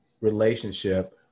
relationship